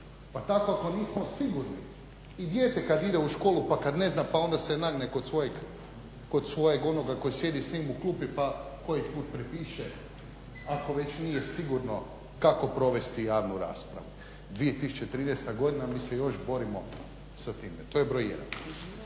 Pa tako ako nismo sigurni i dijete kad ide u školu pa kad ne zna pa onda se nagne kod svojeg onoga koji sjedi s njim u klupi pa koji put prepiše ako već nije sigurno kako provesti javnu raspravu. 2013. godina, a mi se još borimo sa time. To je broj